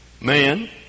man